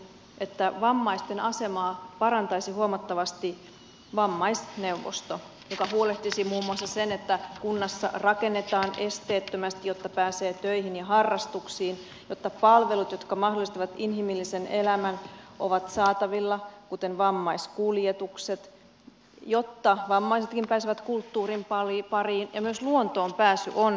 näkisin että vammaisten asemaa parantaisi huomattavasti vammaisneuvosto joka huolehtisi muun muassa siitä että kunnassa rakennetaan esteettömästi että pääsee töihin ja harrastuksiin että palvelut jotka mahdollistavat inhimillisen elämän kuten vammaiskuljetukset ovat saatavilla että vammaisetkin pääsevät kulttuurin pariin ja myös luontoon pääsy on tärkeää